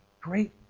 great